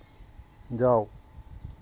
जाओ